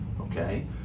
Okay